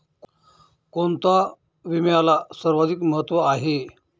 कोणता विम्याला सर्वाधिक महत्व आहे?